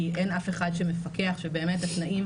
כי אין אף אחד שמפקח שבאמת התנאים,